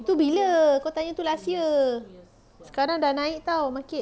tu bila kau tanya tu last year sekarang dah naik [tau] market